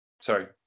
Sorry